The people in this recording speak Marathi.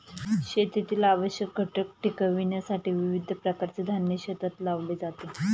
शेतीतील आवश्यक घटक टिकविण्यासाठी विविध प्रकारचे धान्य शेतात लावले जाते